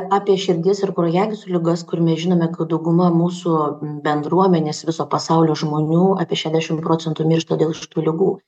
apie širdies ir kraujagyslių ligas kur mes žinome kad dauguma mūsų bendruomenės viso pasaulio žmonių apie šedešim procentų miršta dėl šitų ligų